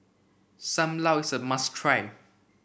Sam Lau is a must try